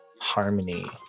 harmony